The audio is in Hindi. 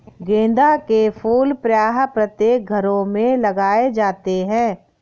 गेंदा के फूल प्रायः प्रत्येक घरों में लगाए जाते हैं